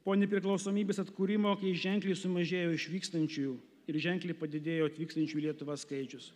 po nepriklausomybės atkūrimo kai ženkliai sumažėjo išvykstančiųjų ir ženkliai padidėjo atvykstančių į lietuvą skaičius